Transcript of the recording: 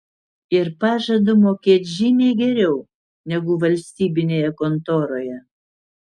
ir pažadu mokėt žymiai geriau negu valstybinėje kontoroje